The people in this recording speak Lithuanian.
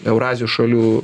eurazijos šalių